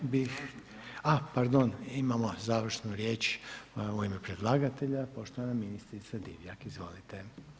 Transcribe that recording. Time bih, a pardon, imamo završnu riječ u ime predlagatelja, poštovana ministrica Divjak, izvolite.